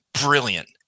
Brilliant